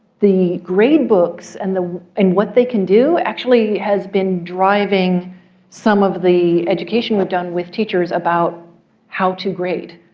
the grade books and and what they can do actually has been driving some of the education we've done with teachers about how to grade.